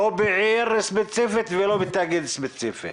לא בעיר ספציפית ולא בתאגיד ספציפי.